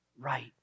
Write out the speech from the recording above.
right